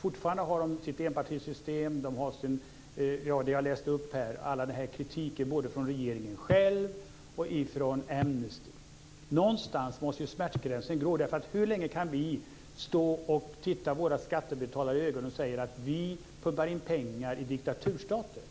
Fortfarande har man sitt enpartisystem, och det finns allt det som jag läste upp, kritik från regeringen själv och från Amnesty International. Någonstans måste ju smärtgränsen gå. Hur länge kan vi stå och titta våra skattebetalare i ögonen och säga att vi pumpar in pengar i diktaturstater?